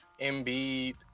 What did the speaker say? Embiid